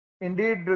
Indeed